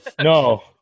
No